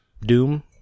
doom